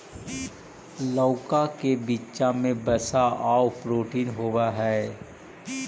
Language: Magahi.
लउका के बीचा में वसा आउ प्रोटीन होब हई